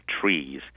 trees